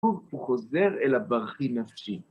הוא חוזר אל הברכי נפשי.